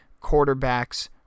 quarterbacks